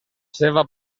seva